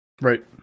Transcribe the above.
Right